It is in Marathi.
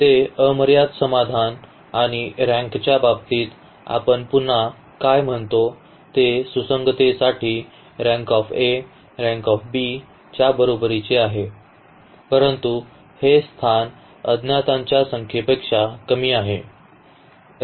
ते अमर्याद समाधान आणि रँकच्या बाबतीत आपण पुन्हा काय म्हणतो ते सुसंगततेसाठी रँक A रँक b च्या बरोबरीचे आहे परंतु हे स्थान अज्ञातांच्या संख्येपेक्षा कमी आहे